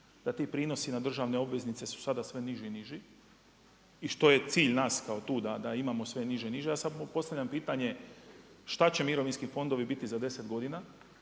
da ti prinosi na državne obveznice su sada sve niži i niži i što je cilj nas tu da imamo sve niže i niže. A sada postavljam pitanje, šta će mirovinski fondovi biti za deset godina